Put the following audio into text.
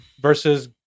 Versus